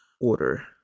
order